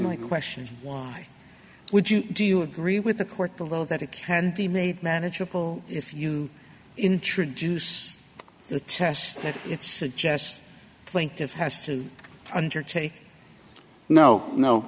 my question why would you do you agree with the court below that it can be made manageable if you introduce the test that it suggests plaintiff has to undertake no no